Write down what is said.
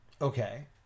Okay